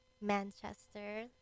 Manchester